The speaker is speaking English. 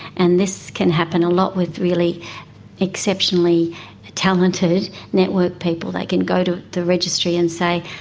and this can happen a lot with really exceptionally talented network people, they can go to the registry and say,